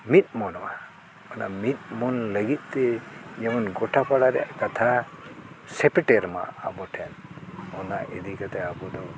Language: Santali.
ᱢᱤᱫ ᱢᱚᱱᱚᱜᱼᱟ ᱚᱱᱟ ᱢᱤᱫ ᱢᱚᱱ ᱞᱟᱹᱜᱤᱫ ᱛᱮ ᱡᱮᱢᱚᱱ ᱜᱚᱴᱟ ᱯᱟᱲᱟ ᱨᱮᱭᱟᱜ ᱠᱟᱛᱷᱟ ᱥᱮᱯᱮᱴᱮᱨ ᱢᱟ ᱟᱵᱚ ᱴᱷᱮᱱ ᱚᱱᱟ ᱤᱫᱤ ᱠᱟᱛᱮᱫ ᱟᱵᱚ ᱫᱚ